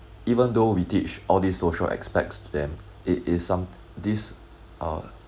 even though we teach all these social aspects to them it is some this uh